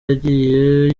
yagiye